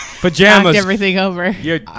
Pajamas